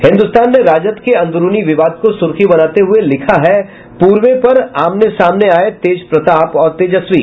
हिन्दुस्तान ने राजद के अन्दरूनी विवाद को सुर्खी बनाते हुये लिखा है पूर्वे पर आमने सामने आये तेजप्रताप और तेजस्वी